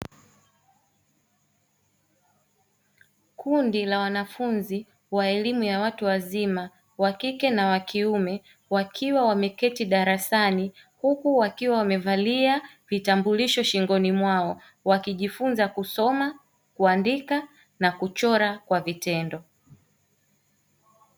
Kundi la wanafunzi wa elimu ya watu wazima wakike na wakiume, wakiwa wameketi darasani huku wakiwa wamevalia vitambulisho shingoni mwao. Wakijifunza kusoma, kuandika na kuchora kwa vitendo.